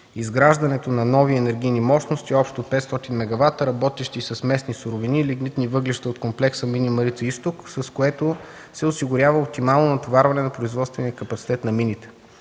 Изграждането на нови енергийни мощности – общо 500 мегавата, работещи с местни суровини и лигнитни въглища от комплекса „Мини Марица Изток”, с което се осигурява максимално натоварване на производствения капацитет на мините.